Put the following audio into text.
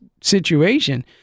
situation